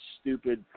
stupid